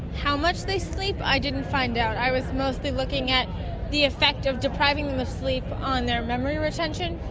how much they sleep? i didn't find out. i was mostly looking at the effect of depriving them of sleep on their memory retention.